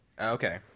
Okay